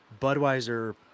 Budweiser